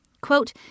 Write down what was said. Quote